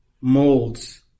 molds